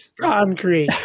concrete